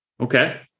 Okay